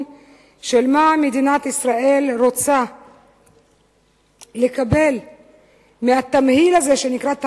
של מה מדינת ישראל רוצה לקבל מהתמהיל הזה שנקרא,